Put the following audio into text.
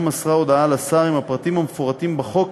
מסרה הודעה לשר עם הפרטים המפורטים בחוק